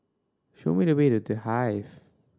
show me the way to The Hive